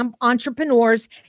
entrepreneurs